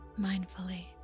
mindfully